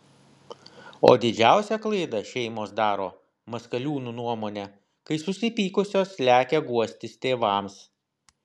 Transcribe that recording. o didžiausią klaidą šeimos daro maskaliūnų nuomone kai susipykusios lekia guostis tėvams